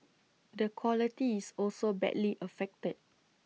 the quality is also badly affected